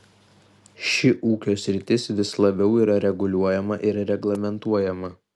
ši ūkio sritis vis labiau yra reguliuojama ir reglamentuojama